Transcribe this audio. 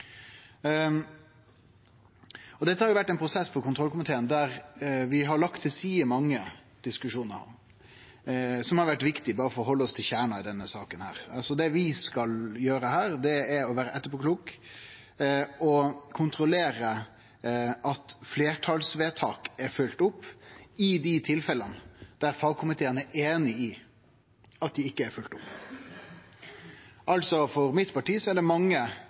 har vore ein prosess i kontrollkomiteen der vi har lagt til side mange diskusjonar som har vore viktige, berre for å halde oss til kjernen i denne saka. Det vi skal gjere her, er å vere etterpåkloke og kontrollere at fleirtalsvedtak er følgde opp i dei tilfella der fagkomiteane er einige i at dei ikkje har blitt følgde opp. For mitt parti sitt vedkomande er det mange